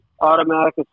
automatic